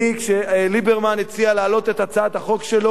כשליברמן הציע להעלות את הצעת החוק שלו,